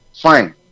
Fine